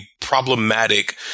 problematic